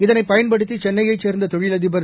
இதனைப் பயன்படுத்தி சென்னையைச் சேர்ந்த தொழிலதிபர் ஜெ